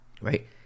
right